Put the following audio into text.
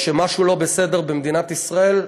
כשמשהו לא בסדר במדינת ישראל,